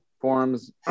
forums